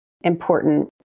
important